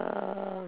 uh